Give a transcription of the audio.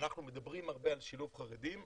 אנחנו מדברים הרבה על שילוב חרדים,